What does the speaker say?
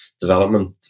development